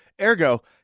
ergo